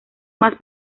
más